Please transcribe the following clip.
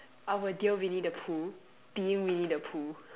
our dear winnie-the-pooh winnie-the-pooh